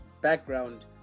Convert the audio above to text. background